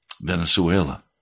Venezuela